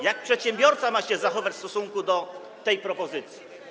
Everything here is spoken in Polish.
Jak przedsiębiorca ma się zachować w stosunku do tej propozycji?